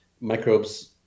microbes